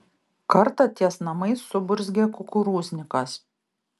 kartą ties namais suburzgė kukurūznikas